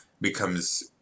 becomes